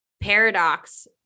paradox